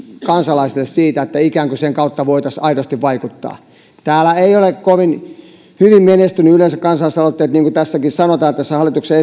kansalaisille että ikään kuin sen kautta voitaisiin aidosti vaikuttaa yleensä kansalaisaloitteet eivät ole täällä kovin hyvin menestyneet niin kuin tässäkin hallituksen